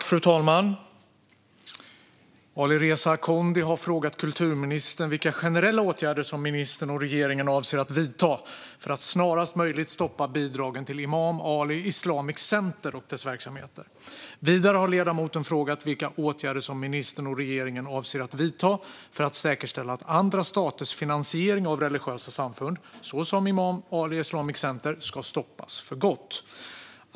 Fru talman! Alireza Akhondi har frågat kulturministern vilka generella åtgärder som ministern och regeringen avser att vidta för att snarast möjligt stoppa bidragen till Imam Ali Islamic Center och dess verksamheter. Vidare har ledamoten frågat vilka åtgärder som ministern och regeringen avser att vidta för att säkerställa att andra staters finansiering av religiösa samfund, såsom Imam Ali Islamic Center, ska stoppas för gott.